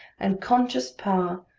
and conscious power,